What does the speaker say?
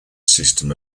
system